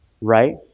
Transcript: right